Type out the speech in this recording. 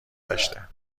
داشته